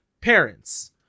Parents